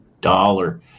dollar